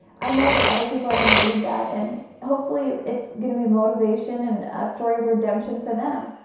i know that other people are going to read that, and hopefully it's going to be motivation and a story of redemption for them.